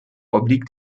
obliegt